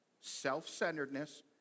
Self-centeredness